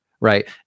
right